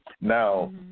now